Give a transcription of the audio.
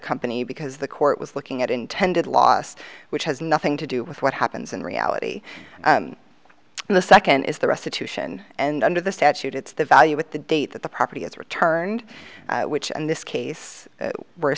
company because the court was looking at intended loss which has nothing to do with what happens in reality and the second is the restitution and under the statute it's the value with the date that the property is returned which in this case we're